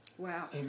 Wow